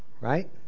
right